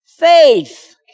Faith